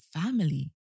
family